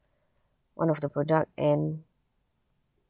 one of the product and